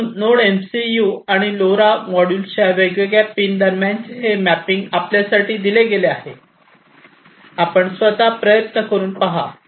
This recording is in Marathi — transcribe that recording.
म्हणून नोड एमसीयू आणि लोरा मॉड्यूलच्या वेगवेगळ्या पिन दरम्यानचे हे मॅपिंग आपल्यासाठी दिले गेले आहे आपण स्वत प्रयत्न करून पहा